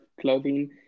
clothing